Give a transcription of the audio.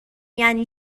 یعنی